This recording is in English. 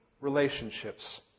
relationships